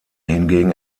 hingegen